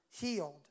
healed